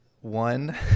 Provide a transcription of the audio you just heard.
one